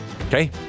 okay